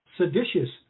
seditious